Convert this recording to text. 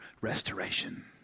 restoration